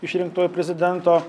išrinktojo prezidento